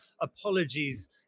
apologies